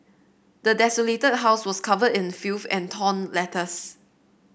the desolated house was covered in filth and torn letters